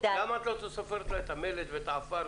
למה את לא סופרת לה את המלט ואת העפר?